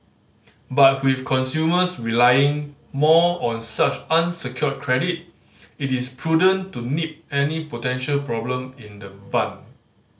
but with consumers relying more on such unsecured credit it is prudent to nip any potential problem in the bun